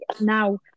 now